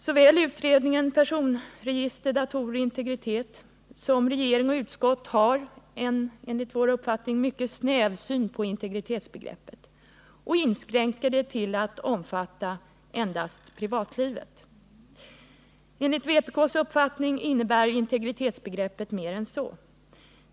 Såväl utredningen Personregister, datorer, integritet som regering och utskott har enligt vår uppfattning en mycket snäv syn på integritetsbegreppet och inskränker detta till att omfatta endast privatlivet. Enligt vpk:s uppfattning innebär integritetsbegreppet mer än så.